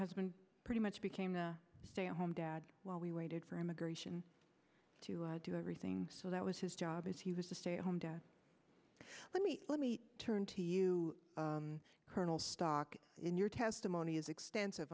husband pretty much became the stay at home dad while we waited for immigration to do everything so that was his job as he was to stay home to let me let me turn to you colonel stock in your testimony is extensive